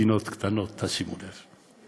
מדינות קטנות, שימו לב.